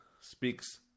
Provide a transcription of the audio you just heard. speaks